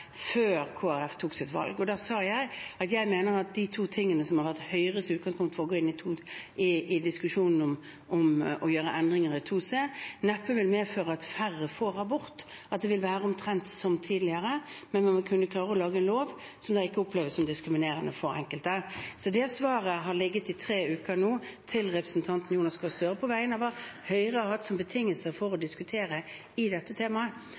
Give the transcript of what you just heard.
før Kristelig Folkeparti tok sitt valg. Da sa jeg at jeg mener at de to tingene som har vært Høyres utgangspunkt for å gå inn diskusjonen om å gjøre endringer i § 2c, neppe vil medføre at færre får abort – at det vil være omtrent som tidligere – men man må kunne klare å lage en lov som ikke oppleves som diskriminerende for enkelte. Det svaret har ligget i tre uker nå til representanten Jonas Gahr Støre når det gjelder hva Høyre har hatt som betingelser for å diskutere dette temaet.